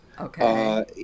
Okay